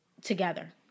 Together